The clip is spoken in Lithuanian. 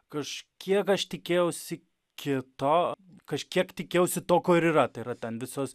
kažkiek aš tikėjausi kito kažkiek tikėjausi to ko ir yra tai yra ten visos